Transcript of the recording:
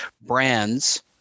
brands